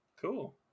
Cool